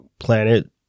Planet